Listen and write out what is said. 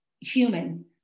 human